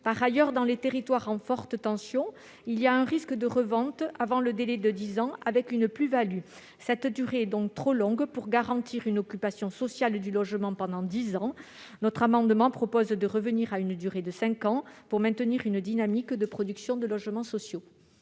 Par ailleurs, dans les territoires en forte tension, il y a un risque de revente avant le délai de dix ans avec une plus-value. Une durée de dix ans est donc trop longue pour garantir une occupation sociale du logement. Notre amendement vise à revenir à une durée de cinq ans pour maintenir une dynamique de production de logements sociaux.